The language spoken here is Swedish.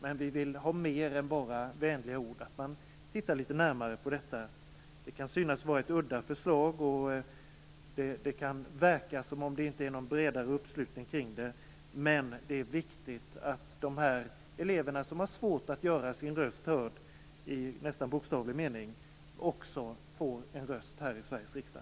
Men vi vill ha mer än bara vänliga ord och vill att man tittar litet närmare på detta. Det kan synas vara ett udda förslag, och det kan verka som om det inte finns någon bredare uppslutning kring det. Men det är viktigt att dessa elever, som har svårt att göra sin röst hörd i nästan bokstavlig mening, också får en röst här i Sveriges riksdag.